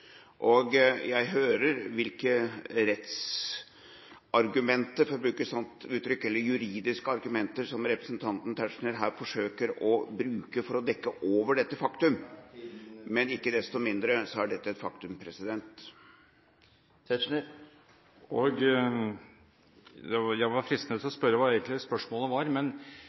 Og jeg hører hvilke rettsargumenter, for å bruke et sånt uttrykk, eller juridiske argumenter som representanten Tetzschner her forsøker å bruke for å dekke over dette faktum, men ikke desto mindre er det et faktum. Da er tiden ute for å komme med spørsmålet. Jeg er fristet til å spørre hva som egentlig var spørsmålet, men